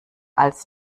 als